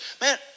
man